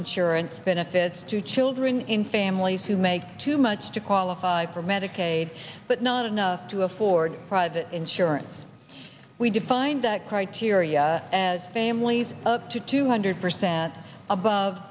insurance benefits to children in families who make too much to qualify for medicaid but not enough to afford private insurance we define that criteria as families up to two hundred percent above